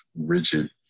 rigid